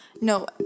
no